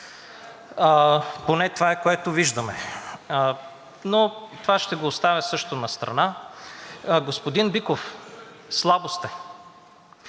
поне това е, което виждаме, но това ще го оставя също настрана. Господин Биков, слаби сте!